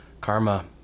karma